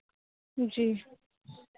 जी